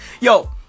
Yo